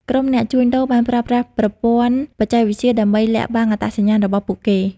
ក្រុមអ្នកជួញដូរបានប្រើប្រាស់ប្រព័ន្ធបច្ចេកវិទ្យាដើម្បីលាក់បាំងអត្តសញ្ញាណរបស់ពួកគេ។